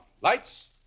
lights